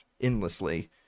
endlessly